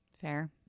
Fair